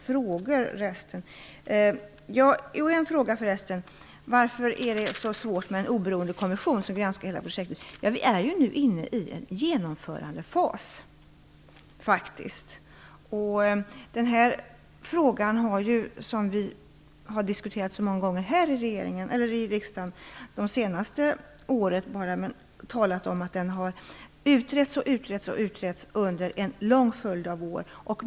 Det var förresten ytterligare en fråga om varför det är så svårt att få till stånd en oberoende kommission som skall granska hela projektet. Vi är ju nu faktiskt inne i en genomförandefas. Vi har ju diskuterat frågan så många gånger här i riksdagen under de senaste åren. Den har utretts och utretts under en lång följd av år.